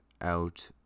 out